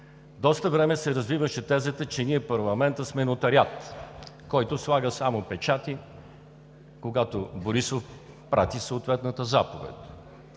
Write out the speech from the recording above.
Доста време се развиваше тезата, че ние в парламента сме нотариат, който слага само печати, когато Борисов прати съответната заповед.